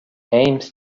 aims